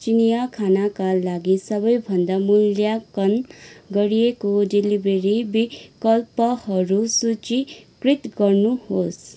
चिनियाँ खानाका लागि सबैभन्दा मूल्याङ्कन गरिएको डेलिभेरी विकल्पहरू सूचीकृत गर्नुहोस्